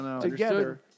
together